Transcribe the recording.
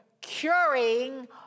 curing